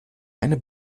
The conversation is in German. meine